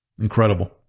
Incredible